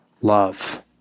love